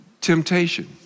temptation